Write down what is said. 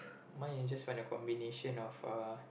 mine is just find a combination of uh